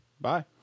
Bye